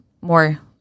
more